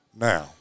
Now